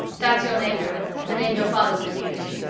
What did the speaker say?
that's your name now, the name your father would have used.